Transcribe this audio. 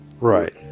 right